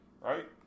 Right